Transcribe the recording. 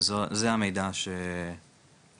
זה המידע שאנחנו.